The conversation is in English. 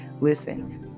Listen